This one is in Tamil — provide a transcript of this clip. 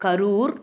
கரூர்